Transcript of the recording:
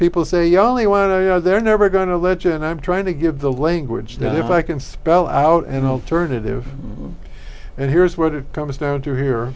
people say you only want to know they're never going to and i'm trying to give the language that if i can spell out an alternative and here's what it comes down to here